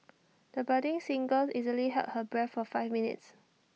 the budding singer easily held her breath for five minutes